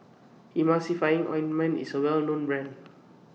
Emulsying Ointment IS A Well known Brand